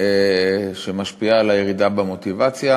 שמשפיעה על המוטיבציה.